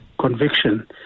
conviction